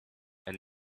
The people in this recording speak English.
and